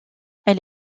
elle